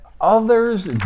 Others